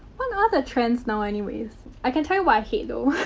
what are the trends now, anyways? i can tell you what i hate, though.